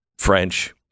French